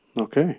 Okay